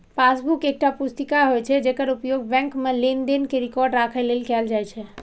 passbook एकटा पुस्तिका होइ छै, जेकर उपयोग बैंक मे लेनदेन के रिकॉर्ड राखै लेल कैल जाइ छै